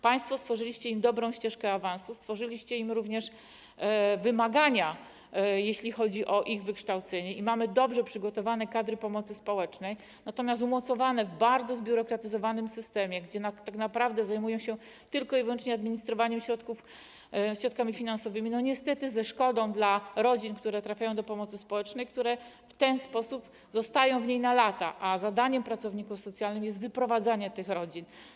Państwo stworzyliście im dobrą ścieżkę awansu, stworzyliście im również wymagania, jeśli chodzi o ich wykształcenie, mamy dobrze przygotowane kadry pomocy społecznej, natomiast umocowane w bardzo zbiurokratyzowanym systemie, gdzie tak naprawdę zajmują się tylko i wyłącznie administrowaniem środkami finansowymi, niestety ze szkodą dla rodzin, które trafiają do pomocy społecznej, które w ten sposób zostają w niej na lata, a zadaniem pracowników socjalnych jest wyprowadzanie tych rodzin z tej pomocy.